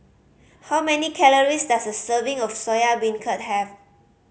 how many calories does a serving of Soya Beancurd have